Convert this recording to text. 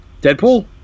Deadpool